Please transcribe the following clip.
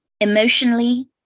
emotionally